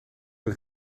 het